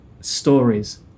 stories